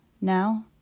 now